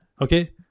Okay